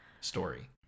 story